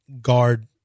guard